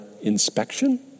inspection